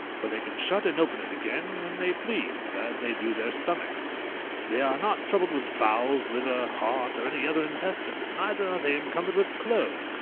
for they can shut and open it again when they please, as they do their stomachs they are not troubled with bowels, liver, heart, or any other intestines, neither are they encumbered with clothes,